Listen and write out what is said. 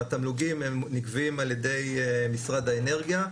התמלוגים הם נגבים על ידי משרד האנרגיה,